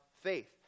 faith